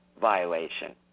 violation